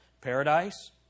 Paradise